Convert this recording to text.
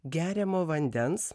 geriamo vandens